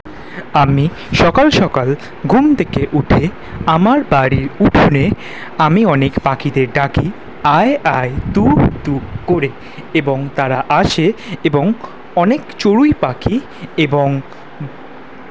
আমি সকাল সকাল ঘুম থেকে উঠে আমার বাড়ির উঠোনে আমি অনেক পাখিদের ডাকি আয় আয় তু তু করে এবং তারা আসে এবং অনেক চড়ুই পাখি এবং